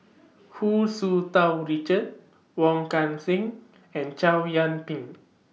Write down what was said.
Hu Tsu Tau Richard Wong Kan Seng and Chow Yian Ping